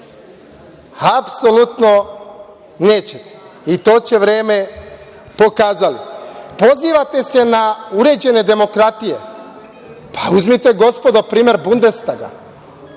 Apsolutno nećete i to će vreme pokazati. Pozivate se na uređene demokratije, pa uzmite gospodo primer Bundestaga,